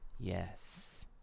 Yes